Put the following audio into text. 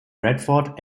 bradford